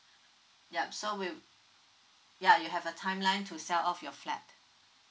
yup so with ya you have a timeline to sell off your flat